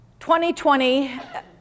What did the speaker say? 2020